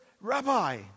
Rabbi